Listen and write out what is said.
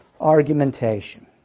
argumentation